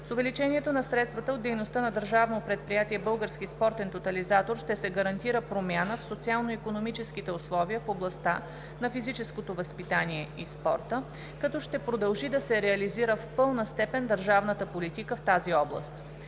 С увеличаването на средствата от дейността на Държавно предприятие „Български спортен тотализатор“ ще се гарантира промяна в социално-икономическите условия в областта на физическото възпитание и спорта, като ще продължи да се реализира в пълна степен държавната политика в тази област.